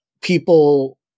people